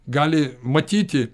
gali matyti